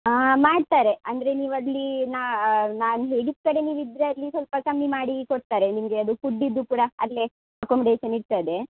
ಮಾಡ್ತಾರೆ ಅಂದರೆ ನೀವಲ್ಲಿ ನಾನು ಲೇಡೀಸ್ ಕಡೆ ನೀವು ಇದ್ದರೆ ಅಲ್ಲಿ ಸ್ವಲ್ಪ ಕಮ್ಮಿ ಮಾಡಿ ಕೊಡ್ತಾರೆ ನಿಮಗೆ ಅದು ಫುಡ್ಡಿಂದು ಕೂಡ ಅಲ್ಲೇ ಅಕೊಮ್ಡೇಶನ್ ಇರ್ತದೆ